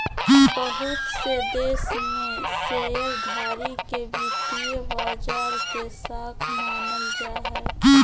बहुत से देश में शेयरधारी के वित्तीय बाजार के शाख मानल जा हय